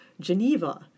Geneva